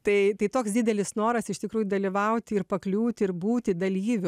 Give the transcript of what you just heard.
tai tai toks didelis noras iš tikrųjų dalyvauti ir pakliūti ir būti dalyviu